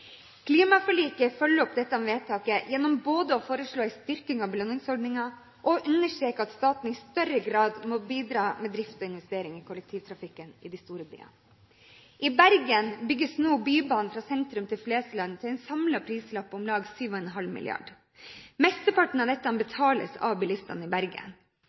Klimaforliket følger opp dette vedtaket gjennom både å foreslå en styrking av belønningsordningen og understreke at staten i større grad må bidra med drift og investeringer i kollektivtrafikken i de store byene. I Bergen bygges nå bybane fra sentrum til Flesland til en samlet prislapp på om lag 7,5 mrd. kr. Mesteparten av dette betales av bilistene i Bergen.